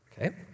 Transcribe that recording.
Okay